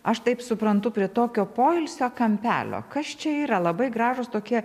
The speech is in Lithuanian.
aš taip suprantu prie tokio poilsio kampelio kas čia yra labai gražūs tokie